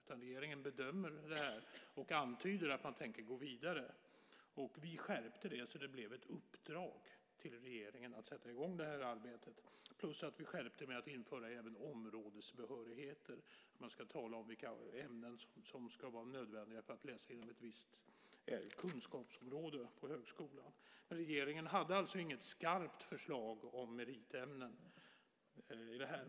Utan regeringen bedömer detta och antyder att man tänker gå vidare. Vi skärpte detta så att det blev ett uppdrag till regeringen att sätta i gång detta arbete. Vi skärpte det också genom att det skulle införas även områdesbehörigheter. Man ska tala om vilka ämnen som ska vara nödvändiga för att man ska läsa inom ett visst kunskapsområde på högskolan. Men regeringen hade alltså inget skarpt förslag om meritämnen i detta.